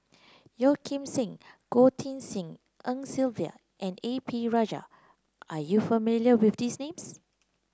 Yeo Kim Seng Goh Tshin En Sylvia and A P Rajah are you familiar with these names